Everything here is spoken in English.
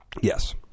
Yes